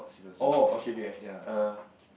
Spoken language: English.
oh okay K err